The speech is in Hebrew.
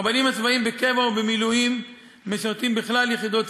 הרבנים הצבאיים בקבע ובמילואים משרתים בכלל יחידות צה"ל,